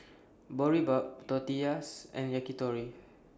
Boribap Tortillas and Yakitori